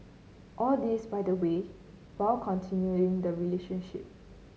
all this by the way while continuing the relationship